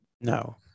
no